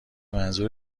منظور